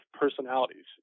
personalities